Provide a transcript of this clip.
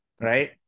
right